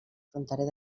fronterer